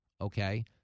Okay